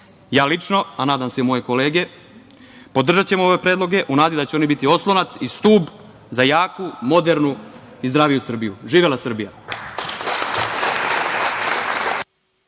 lično, a nadam se i moje kolege podržaćemo ove predloge u nadi da će oni biti oslonac i stub za jaku, modernu i zdraviju Srbiju. Živela Srbija.